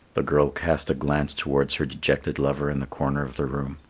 the girl cast a glance towards her dejected lover in the corner of the room.